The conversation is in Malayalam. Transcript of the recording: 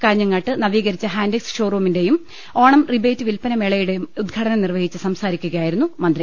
കാഞ്ഞങ്ങാട്ട് നവീക രിച്ച ഹാന്റെക്സ് ഷോറൂമിന്റെയും ഓണം റിബേറ്റ് വിൽപ്പനമേളയുടെയും ഉദ്ഘാടനം നിർവഹിച്ച് സംസാരിക്കുകയായിരുന്നു മന്ത്രി